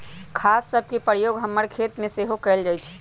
खाद सभके प्रयोग हमर खेतमें सेहो कएल जाइ छइ